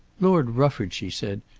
lord rufford, she said,